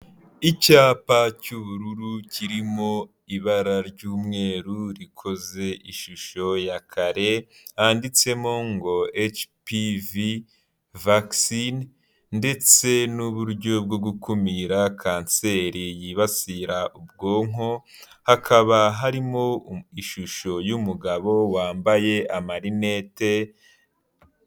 Icyapa cy'ubururu kirimo ibara ry'umweru rikoze ishusho ya kare yanditsemo ngo hpv vaKIsinI ndetse n'uburyo bwo gukumira kanseri yibasira ubwonko hakaba harimo ishusho y'umugabo wambaye amarinete.